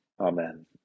Amen